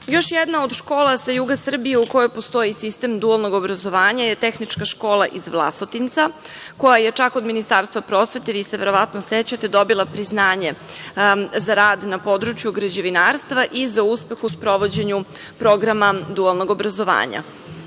jedna od škola sa juga Srbije u kojoj postoji sistem dualnog obrazovanja je Tehnička škola iz Vlasotinca, koja je čak od Ministarstva prosvete, vi se verovatno sećate, dobila priznanje za rad na području građevinarstva i za uspeh u sprovođenju programa dualnog obrazovanja. Sredinom